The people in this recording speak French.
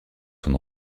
son